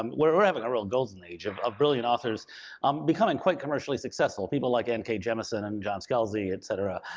um we're we're having a real golden age of of brilliant authors um becoming quite commercially successful. people like n. k. jemison and john scalzi, et cetera.